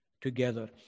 together